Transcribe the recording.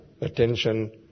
attention